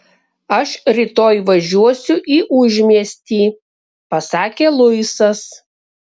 aš rytoj važiuosiu į užmiestį pasakė luisas